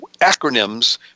acronyms